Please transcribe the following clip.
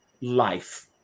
life